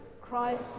Christ